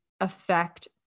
affect